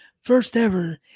first-ever